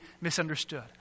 misunderstood